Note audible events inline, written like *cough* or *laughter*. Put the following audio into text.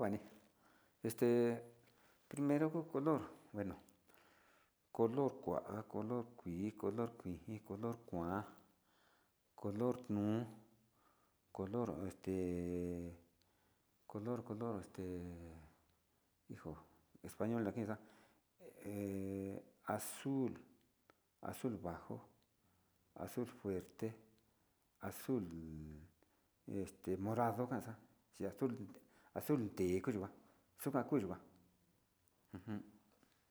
Kuani este primero kuu color, *unintelligible* color, kua, color kuii, *unintelligible* color kuan, color nuu, color este color color este hijo español na xain xan he azul, azul bajo, azul fuerte, Azul *unintelligible* morado kanxa'a Azul azul de kuu yua azul akunja ujun.